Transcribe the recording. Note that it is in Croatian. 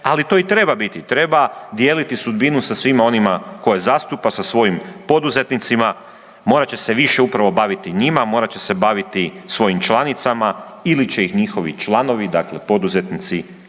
ali to i treba biti, treba dijeliti sudbinu sa svima onima koje zastupa, sa svojim poduzetnicima, morat će se više upravo baviti njima, morat će se baviti svojim članicama ili će ih njihovi članovi, dakle poduzetnici